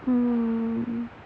ya